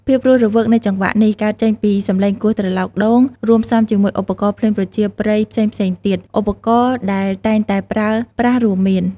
ភាពរស់រវើកនៃចង្វាក់នេះ កើតចេញពីសំឡេងគោះត្រឡោកដូង រួមផ្សំជាមួយឧបករណ៍ភ្លេងប្រជាប្រិយផ្សេងៗទៀត។ ឧបករណ៍ដែលតែងតែប្រើប្រាស់រួមមាន